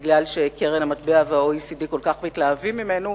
בגלל שקרן המטבע וה-OECD כל כך מתלהבים ממנו,